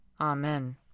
Amen